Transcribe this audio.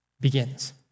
begins